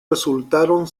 resultaron